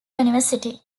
university